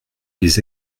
les